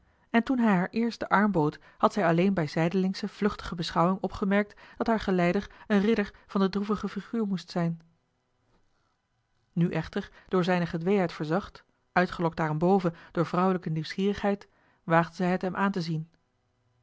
en toen hij haar eerst den arm bood had zij alleen bij zijdelingsche vluchtige beschouwing opgemerkt dat haar geleider een ridder van de droevige figuur moest zijn nu echter door zijne gedweeheid verzacht uitgelokt daarenboven door vrouwelijke nieuwsgierigheid waagde zij het hem aan te zien